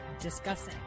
discussing